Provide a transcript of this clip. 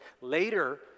Later